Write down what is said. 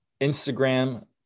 Instagram